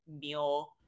meal